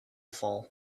fall